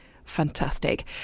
fantastic